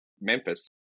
Memphis